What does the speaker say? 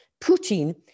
Putin